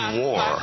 war